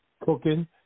cooking